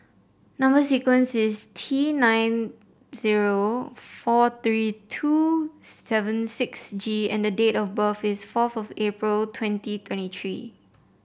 number sequence is T nine zero four three two seven six G and the date of birth is fourth of April twenty twenty three